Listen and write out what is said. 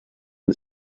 the